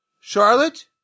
Charlotte